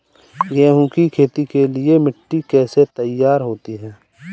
गेहूँ की खेती के लिए मिट्टी कैसे तैयार होती है?